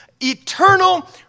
eternal